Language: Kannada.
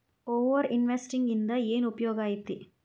ಓವರ್ ಇನ್ವೆಸ್ಟಿಂಗ್ ಇಂದ ಏನ್ ಉಪಯೋಗ ಐತಿ